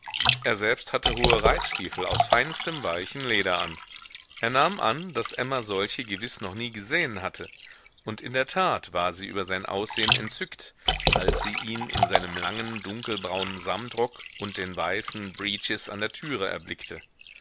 er selbst hatte hohe reitstiefel aus feinstem weichen leder an er nahm an daß emma solche gewiß noch nie gesehen hatte und in der tat war sie über sein aussehen entzückt als sie ihn in seinem langen dunkelbraunen samtrock und den weißen breeches an der türe erblickte